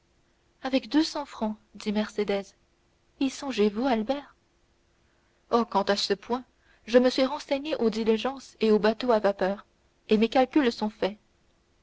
avec deux cents francs dit mercédès y songez-vous albert oh quant à ce point je me suis renseigné aux diligences et aux bateaux à vapeur et mes calculs sont faits